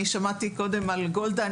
אני שמעתי קודם על בית ספר גולדה.